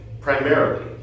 primarily